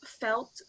felt